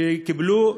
שקיבלו,